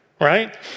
Right